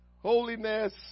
Holiness